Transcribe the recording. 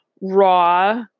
raw